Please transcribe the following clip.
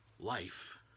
life